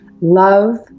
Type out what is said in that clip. love